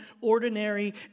ordinary